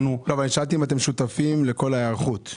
אתם שותפים לכל ההיערכות?